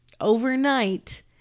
Overnight